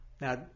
Now